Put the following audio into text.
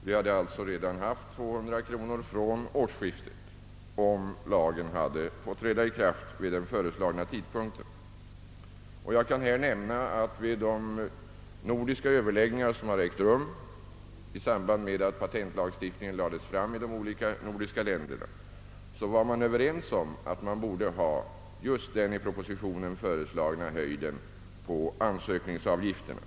Vi hade alltså redan haft 400 kronor från årskriftet, om lagen hade fått träda i kraft vid den föreslagna tidpunkten. Jag kan här nämna att vid de nordiska överläggningar som har ägt rum i samband med att patentlagstiftningen lades fram i de olika nordiska länderna var man överens om att man borde ha just den i propositionen föreslagna höjden på ansökningsavgifterna.